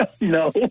No